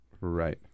Right